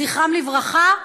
זכרם לברכה.